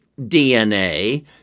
DNA